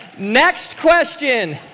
next question,